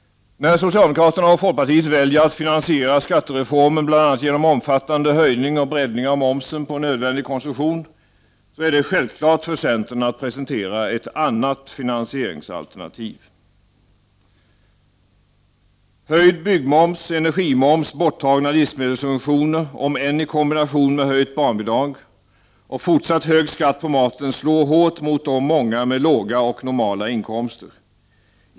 När socialdemokraterna och folkpartiet väljer att finansiera skattereformen bl.a. genom omfattande höjning och breddning av momsen på nödvändig konsumtion, är det självklart för centern att presentera ett annat finansieringsalternativ. Höjd byggmoms, energimoms, borttagna livsmedelssubventioner — om än i kombination med höjt barnbidrag — och fortsatt hög skatt på maten slår hårt mot de många med låga och normala inkomster.